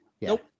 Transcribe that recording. Nope